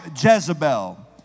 Jezebel